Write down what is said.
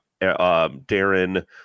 Darren